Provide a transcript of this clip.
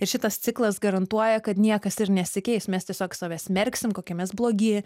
ir šitas ciklas garantuoja kad niekas ir nesikeis mes tiesiog save smerksim kokie mes blogi